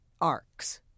arcs